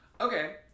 Okay